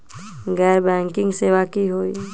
गैर बैंकिंग सेवा की होई?